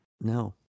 No